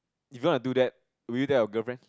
if you want to do that will you tell your girlfriend